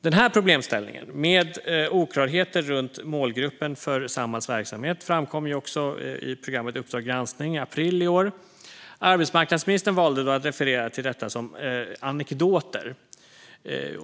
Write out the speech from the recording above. Den här problemställningen, med oklarheter runt målgruppen för Samhalls verksamhet, framkom också i programmet Uppdrag granskning i april i år. Arbetsmarknadsministern valde då att referera till detta som anekdoter.